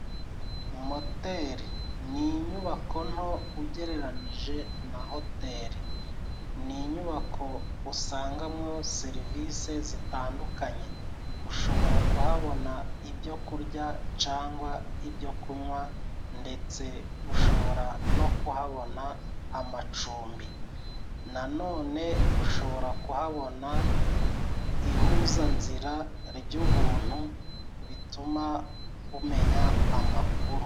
Moteri ni inyubako nto ugereranije na hoteri. Ni nyubako usangamo serivisi zitandukanye ,ushobora kuhabona ibyo kurya cyangwa ibyo kunywa ndetse ushobora no kuhabona amacumbi ,nanone ushobora kuhabona ihuzanzira ryubuntu bituma umenya amakuru.